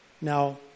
Now